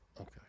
Okay